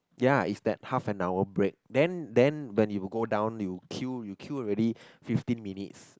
ya is that half an hour break then then when you go down you queue you queue already fifteen minutes